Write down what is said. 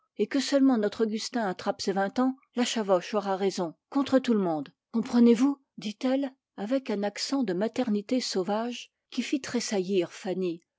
et que seulement notre augustin attrape ses vingt ans la chavoche aura raison contre tout le monde comprenez-vous dit-elle avec un accent de maternité sauvage qui fit tressaillir fanny